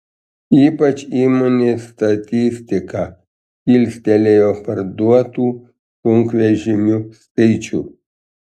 ypač įmonės statistiką kilstelėjo parduotų sunkvežimių skaičius